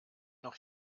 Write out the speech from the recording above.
noch